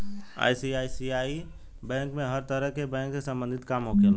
ICICI bank में हर तरह के बैंक से सम्बंधित काम होखेला